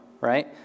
right